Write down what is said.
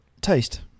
taste